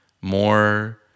more